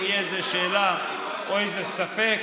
אם תהיה איזו שאלה או איזה ספק,